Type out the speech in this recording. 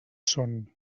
són